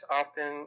often